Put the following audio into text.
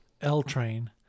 L-Train